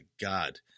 God